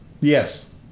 Yes